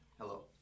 hello